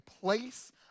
place